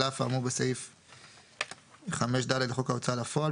על אף האמור בסעיף 5(ד) לחוק ההוצאה לפועל,